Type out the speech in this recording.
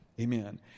Amen